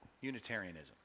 Unitarianism